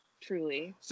truly